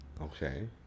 okay